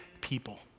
people